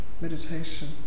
meditation